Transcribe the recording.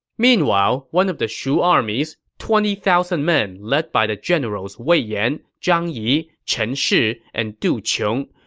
meanwhile, one of the shu armies, twenty thousand men led by the generals wei yan, zhang yi, chen shi, and du qiong,